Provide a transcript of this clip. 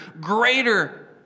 greater